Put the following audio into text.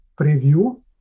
preview